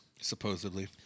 Supposedly